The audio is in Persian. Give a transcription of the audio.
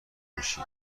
میشی